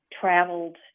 traveled